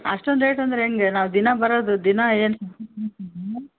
ಅಷ್ಟೊಂದು ರೇಟ್ ಅಂದರೆ ಹೇಗೆ ನಾವು ದಿನ ಬರೋದು ದಿನ ಏನು